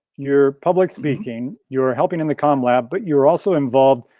your public speaking, you're helping in the khan lab, but you're also involved,